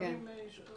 יש לנו 80 רשויות.